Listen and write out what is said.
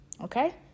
Okay